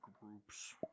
groups